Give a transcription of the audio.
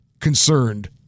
concerned